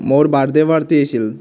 মোৰ birthday party আছিল